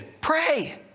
Pray